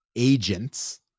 agents